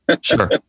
Sure